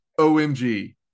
OMG